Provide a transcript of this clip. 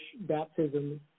baptism